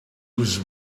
was